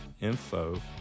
info